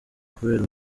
kubera